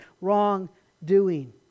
wrongdoing